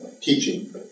teaching